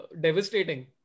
devastating